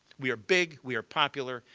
we are big. we are popular.